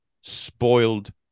spoiled